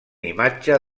imatge